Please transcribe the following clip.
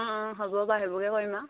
অঁ অঁ হ'ব বাৰু হেইবোৰকে কৰিম আৰু